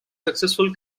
successful